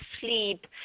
sleep